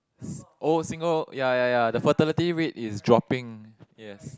oh single ya ya ya the fertility rate is dropping yes